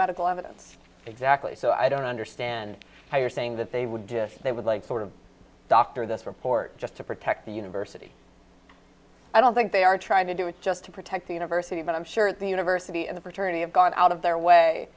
medical evidence exactly so i don't understand why you're saying that they would just they would like sort of doctor this report just to protect the university i don't think they are trying to do it just to protect the university but i'm sure the university and the fraternity have got out of their way